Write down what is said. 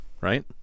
right